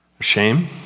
shame